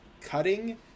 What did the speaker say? cutting